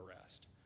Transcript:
arrest